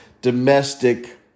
domestic